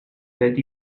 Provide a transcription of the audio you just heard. that